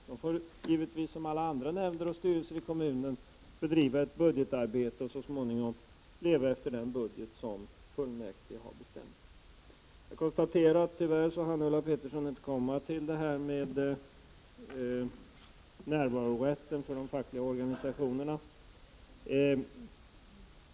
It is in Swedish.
De får givetvis som alla andra nämnder och styrelser i kommunen bedriva ett budgetarbete och så småningom leva efter den budget som fullmäktige har bestämt. Jag konstaterar att Ulla Pettersson tyvärr inte hann beröra närvarorätten för de fackliga organisationernas representanter.